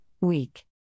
Week